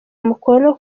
umukono